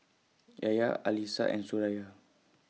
Yahya Alyssa and Suraya